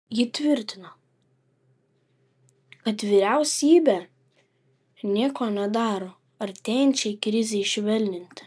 ji tvirtino kad vyriausybė nieko nedaro artėjančiai krizei švelninti